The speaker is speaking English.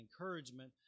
encouragement